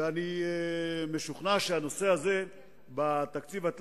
אני יודע שאין לי סיכוי להתמודד בנושא הפשיעה עם נושא הרבה יותר